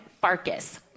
Farkas